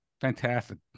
Fantastic